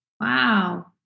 Wow